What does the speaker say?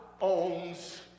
owns